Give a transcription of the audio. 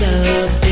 Love